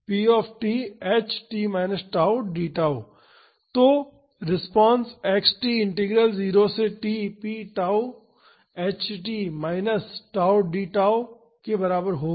तो response x t integral 0 से t p tau h t minus tau d tau के बराबर होगा